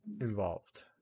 involved